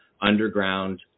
underground